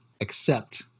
accept